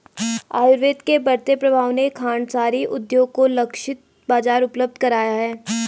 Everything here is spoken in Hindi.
आयुर्वेद के बढ़ते प्रभाव ने खांडसारी उद्योग को लक्षित बाजार उपलब्ध कराया है